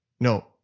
No